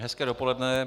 Hezké dopoledne.